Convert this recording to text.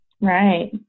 right